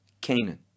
Canaan